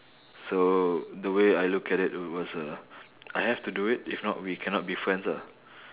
so the way I look at it it was a I have to do it if not we cannot be friends ah